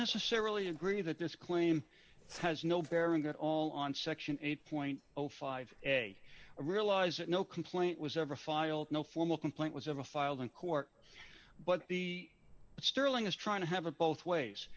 necessarily agree that this claim has no bearing at all on section eight point zero five a realized that no complaint was ever filed no formal complaint was ever filed in court but the sterling is trying to have a both ways